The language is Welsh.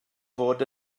fod